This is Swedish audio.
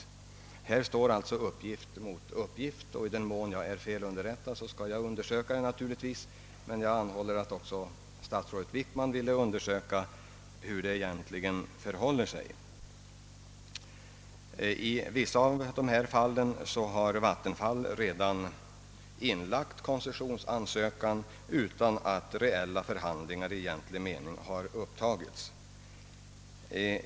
Här står alltså uppgift mot uppgift. Jag skall naturligtvis undersöka huruvida jag är felaktigt underrättad, men jag anhåller att också statsrådet Wickman ville undersöka hur det egentligen förhåller sig. I vissa av dessa fall har vattenfallsverket redan inlagt koncessionsansökan utan att reella förhandlingar i egentlig mening har upptagits.